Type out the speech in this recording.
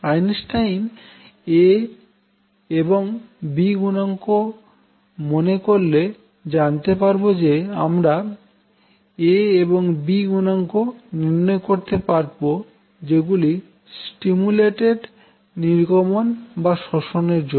Einstein A এবং B গুনাঙ্ক মনে করলে জানতে পারবো যে আমরা A এবং B গুনাঙ্ক নির্ণয় করতে পারবো যেগুলি স্টিমুলেটেড নির্গমন বা শোষণ এর জন্য